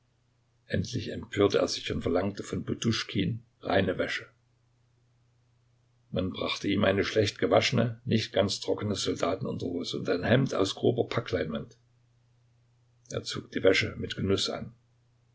endlich empörte er sich und verlangte von poduschkin reine wäsche man brachte ihm eine schlecht gewaschene nicht ganz trockene soldatenunterhose und ein hemd aus grober packleinwand er zog die wäsche mit genuß an